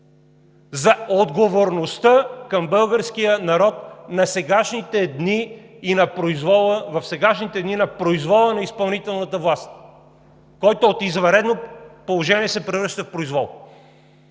за отговорността към българския народ в сегашните дни на произвола на изпълнителната власт – от извънредно положение се превръща в произвол!